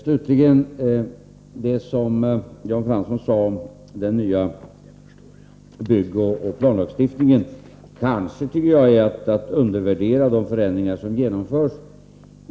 Slutligen: Att uttala sig på ett sådant sätt som Jan Fransson gjorde i fråga om den nya byggoch planlagen är kanske att undervärdera de förändringar som genomförts.